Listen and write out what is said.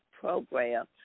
program